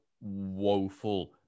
woeful